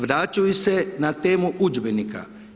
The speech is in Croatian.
Vraćaju se na temu udžbenika.